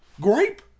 grape